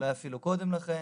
אולי אפילו קודם לכן,